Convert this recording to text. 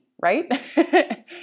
Right